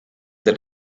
that